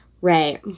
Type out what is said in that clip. Right